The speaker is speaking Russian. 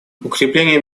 укрепление